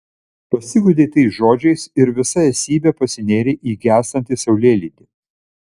pasiguodei tais žodžiais ir visa esybe pasinėrei į gęstantį saulėlydį